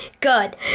good